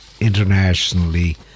internationally